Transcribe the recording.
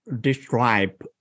describe